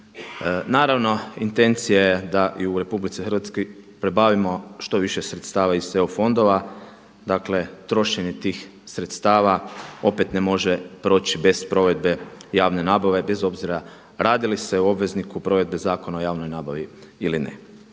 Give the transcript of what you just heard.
Naravno intencija je da i u Republici Hrvatskoj pribavimo što više sredstava iz EU fondova, dakle trošenje tih sredstava opet ne može proći bez provedbe javne nabave bez obzira radi li se o obvezniku provedbe Zakona o javnoj nabavi ili ne.